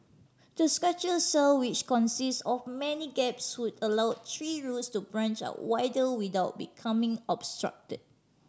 the structural cell which consist of many gaps would allow tree roots to branch out wider without becoming obstructed